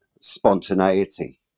spontaneity